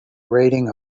rating